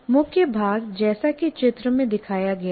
मुख्य भाग जैसा कि चित्र में दिखाया गया है